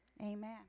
Amen